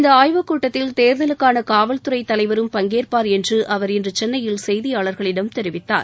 இந்த ஆய்வுக் கூட்டத்தில் தேர்தலுக்னன காவல்துறை தலைவரும் பங்கேற்பார் என்று அவர் இன்று சென்னையில் செய்தியாளர்களிடம் தெரிவித்தார்